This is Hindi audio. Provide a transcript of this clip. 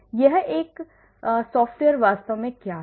यह है कि सॉफ्टवेयर वास्तव में क्या है